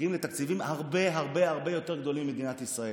מגיעים לתקציבים הרבה הרבה יותר גדולים ממדינת ישראל.